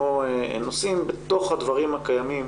נושאים בתוך הדברים הקיימים